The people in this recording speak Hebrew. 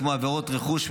כמו עבירות רכוש,